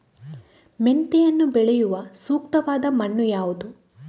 ಮೆಂತೆಯನ್ನು ಬೆಳೆಯಲು ಸೂಕ್ತವಾದ ಮಣ್ಣು ಯಾವುದು?